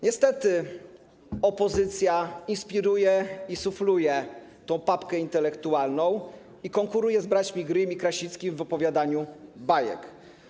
Niestety opozycja inspiruje i sufluje tę papkę intelektualną i konkuruje z braćmi Grimm i Krasickim w opowiadaniu bajek.